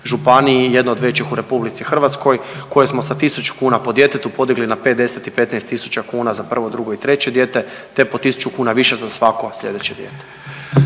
županiji, jedne od većih u RH koje smo sa 1.000 kuna po djetetu podigli na 5, 10 i 15.000 kuna za prvo, drugo i treće dijete te po 1.000 kuna više za svako slijedeće dijete.